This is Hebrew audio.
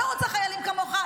אני לא רוצה חיילים כמוך.